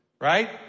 Right